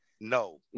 No